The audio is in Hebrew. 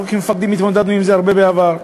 כמפקדים התמודדנו עם זה הרבה בעבר,